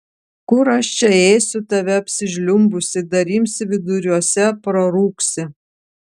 kur aš čia ėsiu tave apsižliumbusį dar imsi viduriuose prarūgsi